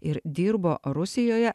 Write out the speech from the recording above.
ir dirbo rusijoje